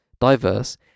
diverse